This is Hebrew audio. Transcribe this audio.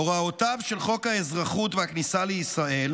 הוראותיו של חוק האזרחות והכניסה לישראל,